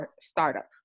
startup